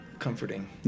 comforting